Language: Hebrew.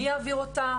מי יעביר אותם,